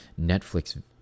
Netflix